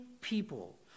people